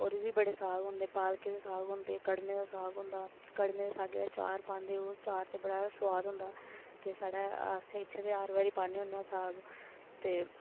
होर बी बड़े साग होंदे पालकै दे साग होंदा कड़मै दा साग होंदा कड़मै दे सागै दा चार पांदै चार ते बड़ा गै सोआद होंदा ते साढ़ै असें इत्थै हर बारी पान्ने होन्ने आं साग ते